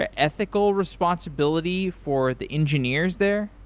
ah ethical responsibility for the engineers there?